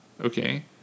Okay